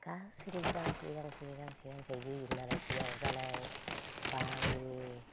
गासैनोबो गांसे गांसे गांसे गांसे इदि होयोमोन आरो बिहाव जानाय बा आंनि